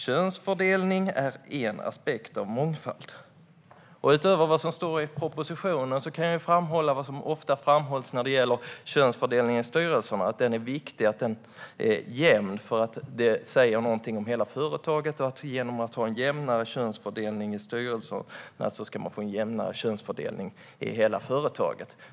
Könsfördelning är en aspekt av mångfald." Utöver vad som står i propositionen kan jag framhålla vad som ofta framhålls när det gäller könsfördelningen i styrelserna, nämligen att det är viktigt att den är jämn därför att det säger någonting om hela företaget och att man genom att ha en jämnare könsfördelning i styrelserna ska få en jämnare könsfördelning i hela företaget.